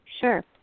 Sure